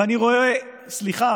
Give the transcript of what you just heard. ואני רואה, סליחה,